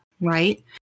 right